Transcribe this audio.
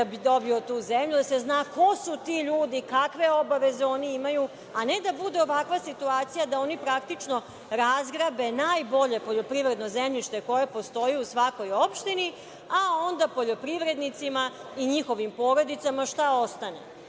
da bi dobio tu zemlju, da se zna ko su ti ljudi, kakve obaveze oni imaju. A ne, da bude ovakva situacija da oni praktično razgrabe najbolje poljoprivredno zemljište koje postoji u svakoj opštini, a onda poljoprivrednicima i njihovim porodicama šta ostane. Pri